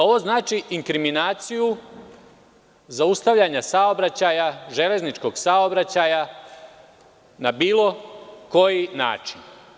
Ovo znači inkriminaciju zaustavljanja železničkog saobraćaja na bilo koji način.